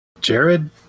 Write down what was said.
Jared